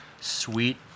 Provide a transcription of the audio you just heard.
sweet